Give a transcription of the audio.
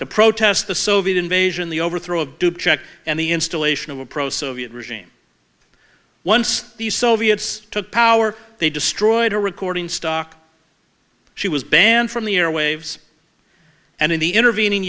to protest the soviet invasion the overthrow of dubcek and the installation of a pro soviet regime once the soviets took power they destroyed a recording stock she was banned from the airwaves and in the intervening